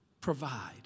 provide